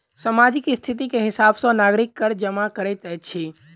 सामाजिक स्थिति के हिसाब सॅ नागरिक कर जमा करैत अछि